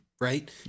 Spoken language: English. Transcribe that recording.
right